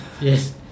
Yes